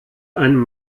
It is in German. einem